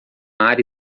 área